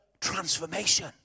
transformation